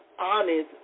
honest